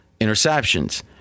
Interceptions